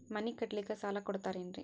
ಮನಿ ಕಟ್ಲಿಕ್ಕ ಸಾಲ ಕೊಡ್ತಾರೇನ್ರಿ?